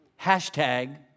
Hashtag